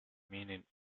meaning